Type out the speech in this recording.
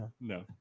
No